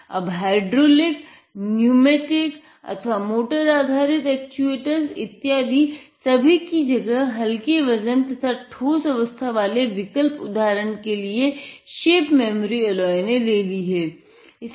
अब हाइड्रोलिक अथवा मोटर आधारित एक्चुएटर्स इत्यादि सभी की जगह हल्के वजन तथा ठोस अवस्था वाले विकल्प उदाहरन के लिए शेप मेमोरी एलॉय ने ले ली है